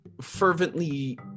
fervently